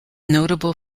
notable